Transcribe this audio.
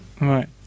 Right